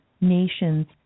nation's